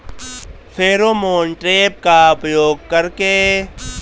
Pheromone trap का उपयोग कर के?